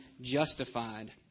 justified